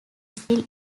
still